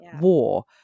war